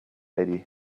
eddie